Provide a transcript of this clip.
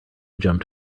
jumped